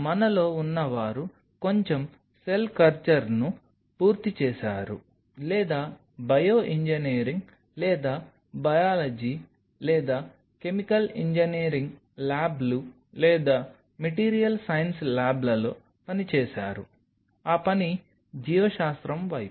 మనలో ఉన్నవారు కొంచెం సెల్ కల్చర్ని పూర్తి చేసారు లేదా బయో ఇంజనీరింగ్ లేదా బయాలజీ లేదా కెమికల్ ఇంజనీరింగ్ ల్యాబ్లు లేదా మెటీరియల్ సైన్స్ ల్యాబ్లలో పని చేసారు అ పని జీవశాస్త్రం వైపు